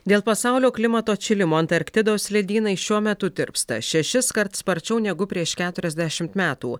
dėl pasaulio klimato atšilimo antarktidos ledynai šiuo metu tirpsta šešiskart sparčiau negu prieš keturiasdešimt metų